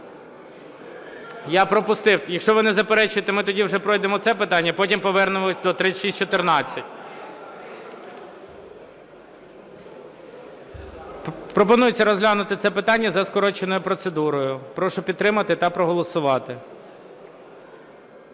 Я пропустив. Якщо ви не заперечуєте, ми тоді вже пройдемо це питання, потім повернемося до 3614. Пропонується розглянути це питання за скороченою процедурою, прошу підтримати та проголосувати.